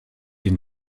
den